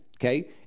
Okay